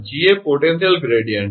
𝐺𝑎 potential gradient